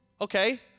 okay